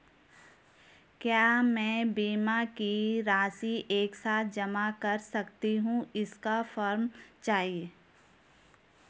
क्या मैं बीमा की राशि एक साथ जमा कर सकती हूँ इसका फॉर्म चाहिए?